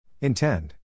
Intend